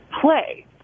play